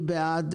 אני בעד,